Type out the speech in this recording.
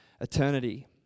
eternity